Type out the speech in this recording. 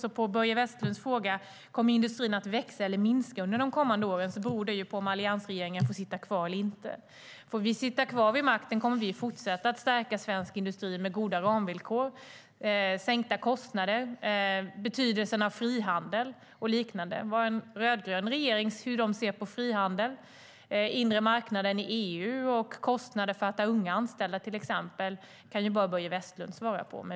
På Börje Vestlunds fråga om industrin kommer att växa eller minska under de kommande åren är svaret att det beror på om alliansregeringen får sitta kvar eller inte. Får vi sitta kvar vid makten kommer vi att fortsätta stärka svensk industri med goda ramvillkor, sänkta kostnader och liknande, och vi kommer att betona betydelsen av frihandel. Hur en rödgrön regering ser på till exempel frihandel, den inre marknaden i EU och kostnader för att ha unga anställda får Börje Vestlund svara på.